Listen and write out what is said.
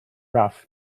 rough